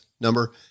number